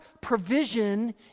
provision